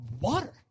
water